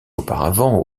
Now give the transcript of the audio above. auparavant